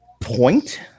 point